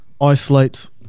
isolates